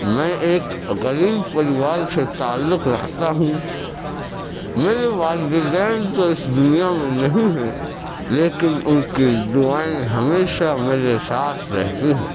میں ایک غریب پریوار سے تعلق رکھتا ہوں میرے والدین جو اس دنیا میں نہیں ہیں لیکن ان کی دعائیں ہمیشہ میری ساتھ رہتی ہیں